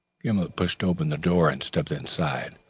gimblet pushed open the door and stepped inside.